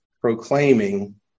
proclaiming